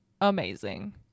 amazing